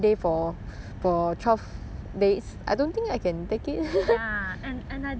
ya and and I don't really like to eat raw food lah